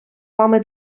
вами